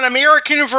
American